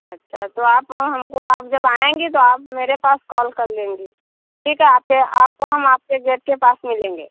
अच्छा तो आप हमको आप जब आएँगे तो आप मेरे पास कॉल कर लेंगे ठीक है आपके आपको हम आपके गेट के पास मिलेंगे